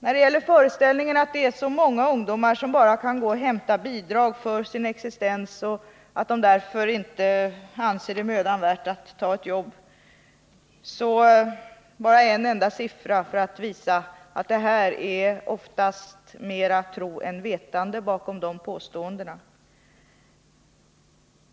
När det gäller föreställningen att det är så många ungdomar som bara kan gå och hämta bidrag för sin existens och att de därför inte anser det mödan värt att ta ett jobb, vill jag bara anföra en enda siffra för att visa att det oftast är mera tro än vetande bakom de påståendena.